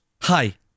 hi